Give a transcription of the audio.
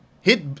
hit